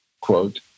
quote